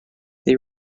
they